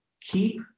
keep